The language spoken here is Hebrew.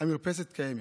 המרפסת קיימת.